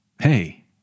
hey